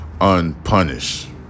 unpunished